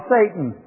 Satan